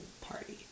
party